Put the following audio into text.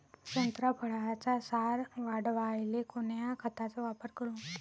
संत्रा फळाचा सार वाढवायले कोन्या खताचा वापर करू?